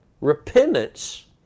repentance